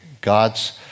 God's